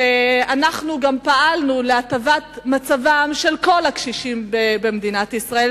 אנחנו גם פעלנו להטבת מצבם של כל הקשישים במדינת ישראל,